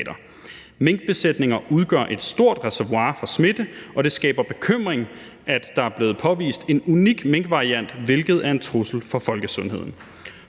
Minkbesætninger udgør et stort reservoir for smitte, og det skaber bekymring, at der er blevet påvist en unik minkvariant, hvilket er en trussel for folkesundheden.